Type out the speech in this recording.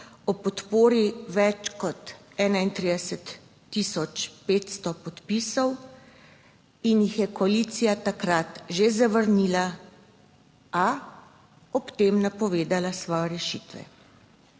ob podpori več kot 31 tisoč 500 podpisov in jih je koalicija takrat že zavrnila, a ob tem napovedala svoje rešitve.